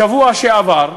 בשבוע שעבר,